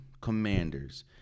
Commanders